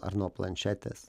ar nuo planšetės